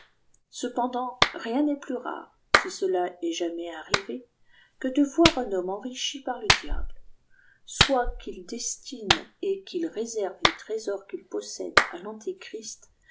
gependant rien n'est plus rare si cela est jamais arrivé que de voir un homme enrichi par le diable soit qu'il destine et qu'il réserve les trésors qu'il possède à l'antechrist